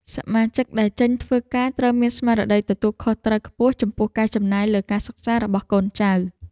សមាជិកដែលចេញធ្វើការត្រូវមានស្មារតីទទួលខុសត្រូវខ្ពស់ចំពោះការចំណាយលើការសិក្សារបស់កូនចៅ។